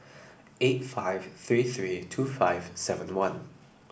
eight five three three two five seven one